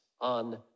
on